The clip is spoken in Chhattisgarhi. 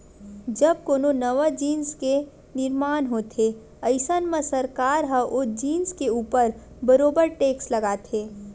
जब कोनो नवा जिनिस के निरमान होथे अइसन म सरकार ह ओ जिनिस के ऊपर बरोबर टेक्स लगाथे